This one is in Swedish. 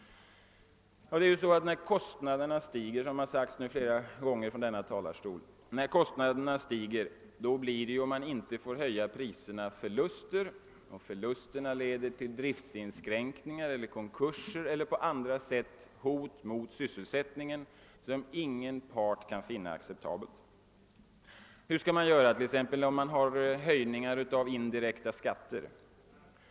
Det har sagts flera gånger från denna talarstol att när kostnaderna stiger och man inte får höja priserna, så uppstår det förluster, vilka i sin tur leder till driftinskränkningar och konkurser eller annat hot mot sysselsättningen, något som ingen part kan finna acceptabelt. Och hur skall man göra vid höjningar av indirekta skatter?